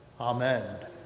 Amen